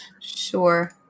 Sure